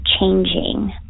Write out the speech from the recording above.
changing